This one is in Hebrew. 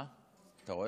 מאברהם על